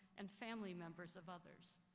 and family members of others.